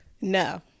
no